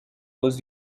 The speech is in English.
was